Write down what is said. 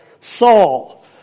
Saul